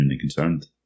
concerned